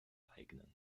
eignen